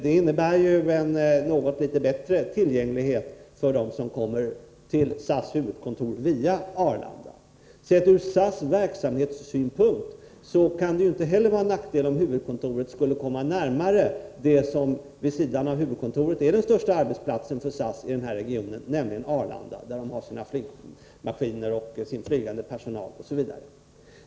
En sådan placering innebär en något bättre tillgänglighet för dem som kommer till SAS huvudkontor via Arlanda. Sett från SAS verksamhetssynpunkt kan det inte heller vara någon nackdel om huvudkontoret skulle komma närmare Arlanda, som vid sidan av huvudkontoret är den största arbetsplatsen för SAS i denna region. På Arlanda finns ju flygmaskinerna, den flygande personalen m.m.